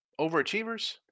overachievers